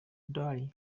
dolly